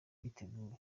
biteguye